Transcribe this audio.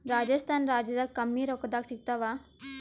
ರಾಜಸ್ಥಾನ ರಾಜ್ಯದಾಗ ಕಮ್ಮಿ ರೊಕ್ಕದಾಗ ಸಿಗತ್ತಾವಾ?